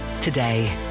today